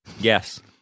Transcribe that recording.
Yes